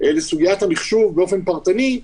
לסוגיית המחשוב באופן פרטני,